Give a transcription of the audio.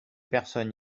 personne